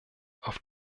auf